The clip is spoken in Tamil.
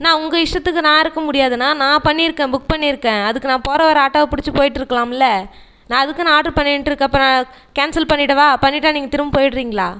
அண்ணா உங்கள் இஷ்டத்துக்கு நான் இருக்க முடியாதுண்ணா நான் பண்ணியிருக்கேன் புக் பண்ணியிருக்கேன் அதுக்கு நான் போகிற வர ஆட்டோவை புடுச்சு போயிட்டிருக்கலாம்ல்ல நான் எதுக்கு நான் ஆர்டர் பண்ணிட்டு இருக்கப்ப நான் கேன்சல் பண்ணிடவா பண்ணிட்டா நீங்கள் திரும்ப போயிடறீங்களா